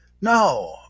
no